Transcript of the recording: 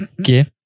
Okay